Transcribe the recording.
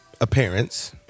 Appearance